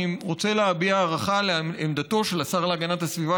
אני רוצה להביע הערכה על עמדתו של השר להגנת הסביבה,